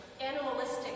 animalistic